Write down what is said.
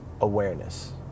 awareness